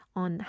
on